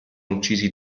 uccisi